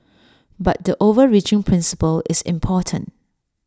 but the overreaching principle is important